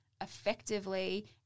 effectively